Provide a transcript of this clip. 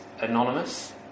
anonymous